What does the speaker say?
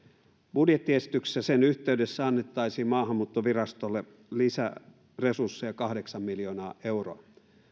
budjettiesityksen yhteydessä annettaisiin maahanmuuttovirastolle lisäresursseja kahdeksan miljoonaa euroa